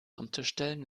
umzustellen